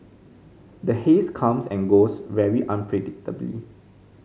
the haze comes and goes very unpredictably